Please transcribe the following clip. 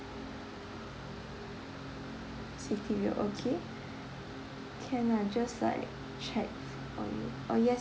city view okay can ah just like check for you oh yes